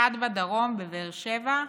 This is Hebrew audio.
אחד בדרום, בבאר שבע,